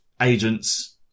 agents